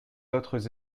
autres